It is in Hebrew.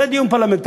זה דיון פרלמנטרי.